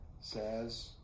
says